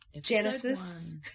Genesis